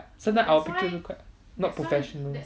sometimes our picture also quite not professional